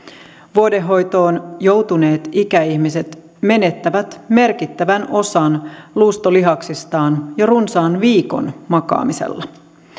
vuodehoitoon joutuneet ikäihmiset menettävät merkittävän osan luustolihaksistaan jo runsaan viikon makaamisella